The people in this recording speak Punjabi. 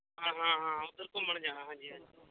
ਹਾਂ ਹਾਂ ਹਾਂ ਉੱਧਰ ਘੁੰਮਣ ਜਾਣਾ ਹਾਂਜੀ ਹਾਂਜੀ